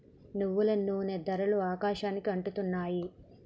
నువ్వుల నూనె ధరలు ఆకాశానికి అంటుతున్నాయి